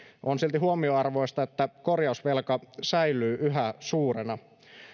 on silti huomionarvoista että korjausvelka säilyy yhä suurena